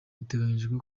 biteganyijwe